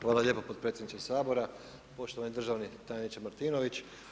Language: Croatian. Hvala lijepo potpredsjedniče Sabora, poštovani državni tajniče Martinović.